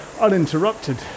uninterrupted